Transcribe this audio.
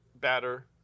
batter